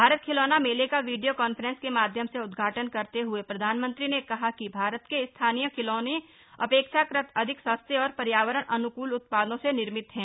भारत खिलौना मेले का वीडियो कान्फ्रेंस के माध्यम से उद्वाटन करते हुए प्रधानमंत्री ने कहा कि भारत के स्थानीय खिलौने अपेक्षाकृत अधिक सस्ते और पर्यावरण अनुकूल उत्पादों से निर्मित हैं